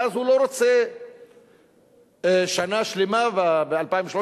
ואז הוא לא רוצה שנה שלמה ב-2013,